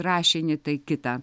rašinį tai kitą